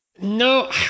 No